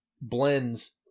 blends